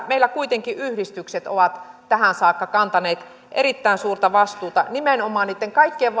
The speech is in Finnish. meillä kuitenkin yhdistykset ovat tähän saakka kantaneet erittäin suurta vastuuta nimenomaan niitten kaikkein